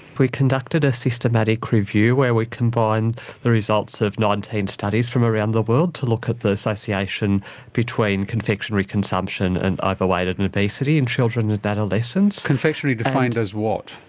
we conducted a systematic review where we combined the results of nineteen studies from around the world to look at the association between confectionery consumption and overweight and obesity in children and adolescents. confectionery defined as what?